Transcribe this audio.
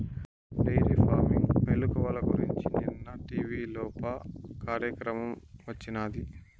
dairy farming మెలుకువల గురించి నిన్న టీవీలోప కార్యక్రమం వచ్చినాది